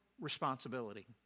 responsibility